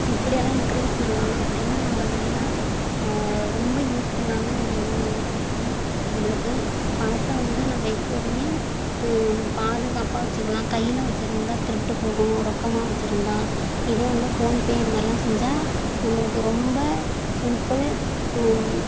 எப்படி எல்லாம் இங்க்ரீஸ் பண்ணலாம் அப்படின்னு நம்ம நல்லா ரொம்ப யூஸ்ஃபுல்லான ஒரு இதாக இருக்குது நம்மளுக்கு பணத்த வந்து நம்ம எப்போதுமே பாதுகாப்பாக வச்சுக்கலாம் கையில் வச்சுருந்தா திருட்டு போகும் ரொக்கமாக வச்சுருந்தா இதே வந்து ஃபோன்பே இதுமாரிலாம் செஞ்சால் நம்மளுக்கு ரொம்ப சிம்பிள்